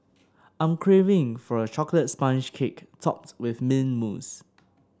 I am craving for a chocolate sponge cake topped with mint mousse